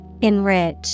Enrich